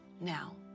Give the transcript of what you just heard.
Now